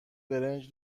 برنج